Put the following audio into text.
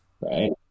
right